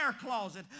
closet